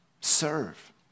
serve